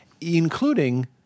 including